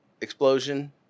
explosion –